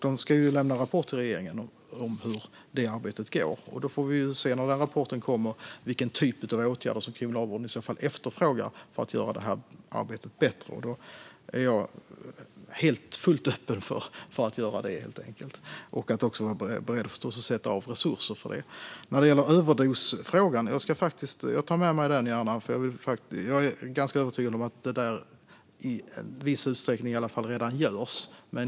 De ska ju lämna en rapport till regeringen om hur detta arbete går, och när den rapporten kommer får vi se vilken typ av åtgärder som Kriminalvården i så fall efterfrågar för att kunna göra det här arbetet bättre. Jag är helt och fullt öppen för att göra det, och jag är förstås också beredd att avsätta resurser för det. När det gäller överdosfrågan tar jag gärna med mig den, för jag är ganska övertygad om att det där i alla fall i viss utsträckning redan görs.